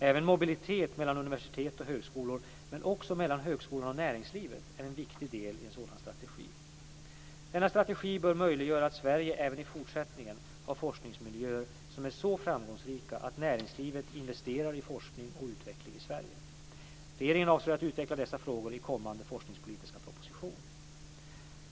Även mobilitet mellan universitet och högskolor men också mellan högskolan och näringslivet är en viktig del i en sådan strategi. Denna strategi bör möjliggöra att Sverige även i fortsättningen har forskningsmiljöer som är så framgångsrika att näringslivet investerar i forskning och utveckling i Sverige. Regeringen avser att utveckla dessa frågor i kommande forskningspolitiska proposition.